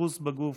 חיפוש בגוף